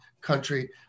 country